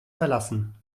verlassen